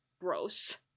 gross